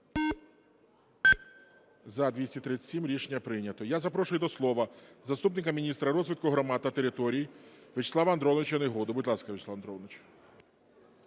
За-237 Рішення прийнято. Я запрошую до слова заступника міністра розвитку громад та територій В'ячеслава Андроновича Негоду. Будь ласка, В'ячеслав Андронович.